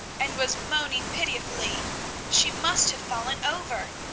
and was moaning pitifully she must have fallen over.